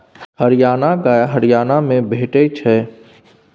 हरियाणा गाय हरियाणा मे भेटै छै